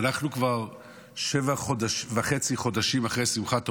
אנחנו כבר שבעה וחצי חודשים אחרי שמחת תורה,